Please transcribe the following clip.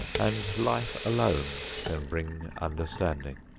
and life alone can bring understanding.